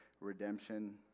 Redemption